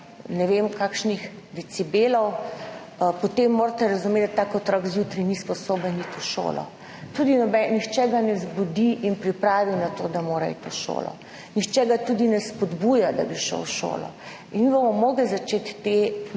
ne vem kakšnih decibelov, potem morate razumeti, da tak otrok zjutraj ni sposoben iti v šolo. Nihče ga tudi ne zbudi in pripravi na to, da mora iti v šolo, nihče ga tudi ne spodbuja, da bi šel v šolo. Ne bomo mogli začeti